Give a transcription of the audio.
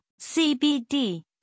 CBD